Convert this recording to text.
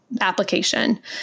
application